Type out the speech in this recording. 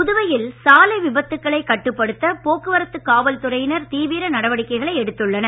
புதுவையில் சாலை விபத்துக்களை கட்டுப்படுத்த போக்குவரத்து காவல்துறையினர் தீவிர நடவடிக்கைகளை எடுத்துள்ளனர்